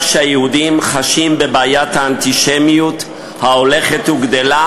שהיהודים חשים בבעיית האנטישמיות ההולכת וגדלה,